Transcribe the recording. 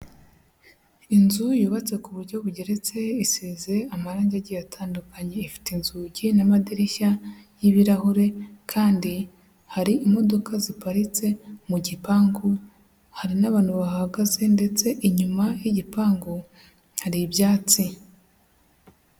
Inzu yubatse ku buryo bugeretse, isize amarange agiye atandukanye. Ifite inzugi n'amadirishya y'ibirahure kandi hari imodoka ziparitse mu gipangu, hari n'abantu bahahagaze ndetse inyuma y'igipangu hari ibyatsi.